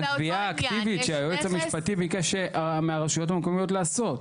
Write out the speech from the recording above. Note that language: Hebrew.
הגבייה האקטיבית שהיועץ המשפטי ביקש מהרשויות המקומיות לעשות.